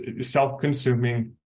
self-consuming